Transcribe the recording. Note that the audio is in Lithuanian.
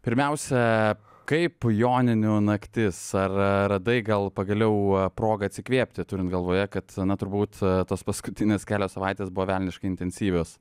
pirmiausia kaip joninių naktis ar radai gal pagaliau progą atsikvėpti turint galvoje kad na turbūt tos paskutinės kelios savaitės buvo velniškai intensyvios